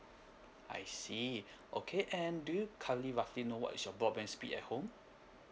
I see okay and do you currently roughly know what is your broadband speed at home